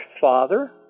father